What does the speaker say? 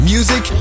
Music